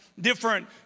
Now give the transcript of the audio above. different